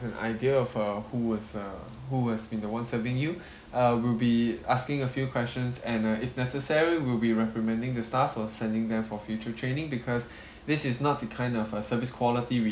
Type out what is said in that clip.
an idea of uh who was uh who was been the one serving you uh we'll be asking a few questions and uh if necessary we'll be reprimanding the staff or sending them for future training because this is not the kind of uh service quality we